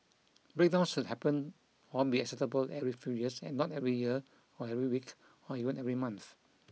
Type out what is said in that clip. breakdowns should happen or be acceptable every few years and not every year or every week or even every month